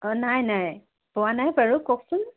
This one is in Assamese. অঁ নাই নাই পোৱা নাই বাৰু কওকচোন